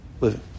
living